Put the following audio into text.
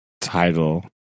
title